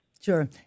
Sure